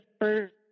first